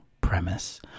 premise